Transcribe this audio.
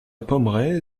pommeraie